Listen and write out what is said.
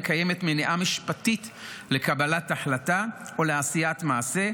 קיימת מניעה משפטית לקבלת החלטה או לעשיית מעשה,